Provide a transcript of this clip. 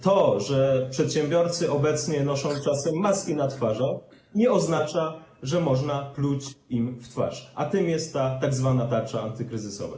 To, że przedsiębiorcy obecnie noszą czasem maski na twarzach, nie oznacza, że można pluć im w twarz, a tym jest ta tzw. tarcza antykryzysowa.